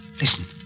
Listen